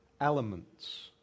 elements